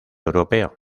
europeo